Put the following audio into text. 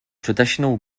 traditional